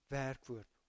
werkwoord